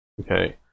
okay